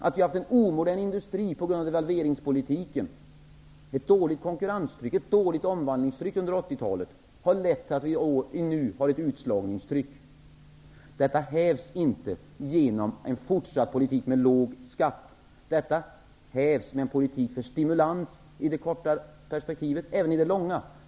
Vi har haft en omodern industri på grund av devalveringspolitiken. Ett dåligt konkurrens och omvandlingstryck under 1980-talet har lett till att vi nu har ett utslagningstryck. Detta hävs inte genom en fortsatt politik med låg skatt, utan det hävs med en politik för stimulans i det korta och långa perspektivet.